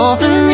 Open